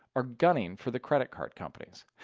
are gunning for the credit card companies.